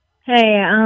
Hey